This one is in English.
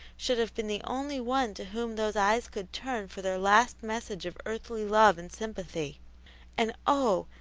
should have been the only one to whom those eyes could turn for their last message of earthly love and sympathy and oh,